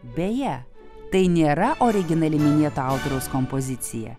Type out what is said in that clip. beje tai nėra originali minėto autoriaus kompozicija